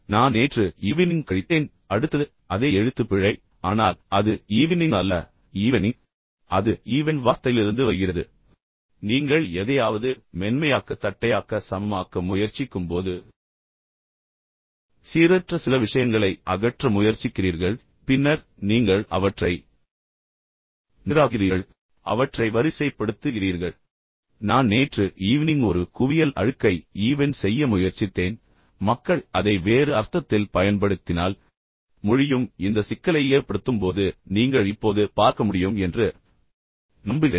நான் நேற்று ஈவினிங் கழித்தேன் அடுத்தது அதே எழுத்துப்பிழை ஆனால் அது ஈவினிங் அல்ல ஈவெனிங் அது ஈவென் வார்த்தையிலிருந்து வருகிறது நீங்கள் எதையாவது மென்மையாக்க தட்டையாக்க சமமாக்க முயற்சிக்கும்போது சீரற்ற சில விஷயங்களை அகற்ற முயற்சிக்கிறீர்கள் பின்னர் நீங்கள் அவற்றை நேராக்குகிறீர்கள் அவற்றை வரிசைப்படுத்துகிறீர்கள் எனவே நான் நேற்று ஈவினிங் ஒரு குவியல் அழுக்கை ஈவென் செய்ய முயற்சித்தேன் மக்கள் அதை வேறு அர்த்தத்தில் பயன்படுத்தினால் மொழியும் இந்த சிக்கலை ஏற்படுத்தும் போது நீங்கள் இப்போது பார்க்க முடியும் என்று நம்புகிறேன்